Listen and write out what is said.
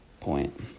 point